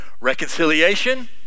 Reconciliation